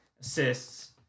assists